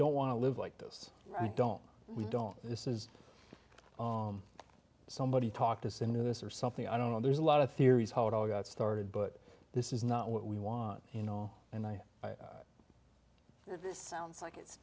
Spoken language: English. don't want to live like this i don't we don't this is somebody talked us into this or something i don't know there's a lot of theories how it all got started but this is not what we want you know and i know this sounds like it's